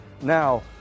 Now